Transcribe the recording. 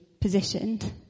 positioned